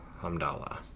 Hamdallah